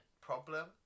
problem